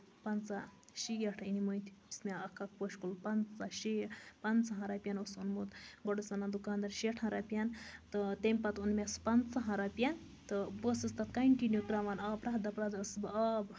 پَنژہ شیٹھ أنمٕتۍ یہِ اوس مےٚ اکھ اکھ پوشہٕ کُل پَنژہ شیٹھ پَنژہَن رۄپین اوس اوٚنمُت گۄڈٕ اوس ونان دُکان دار شیٹھن رۄپیَن تہٕ تمہِ پَتہٕ اوٚن مےٚ سُہ پَنژہن رۄپِین تہٕ بہٕ ٲسٕس تَتھ کَنٹِنیو تراوان آب پرٮ۪تھ دۄہ پرٮ۪تھ دۄہ ٲسٕس بہٕ آب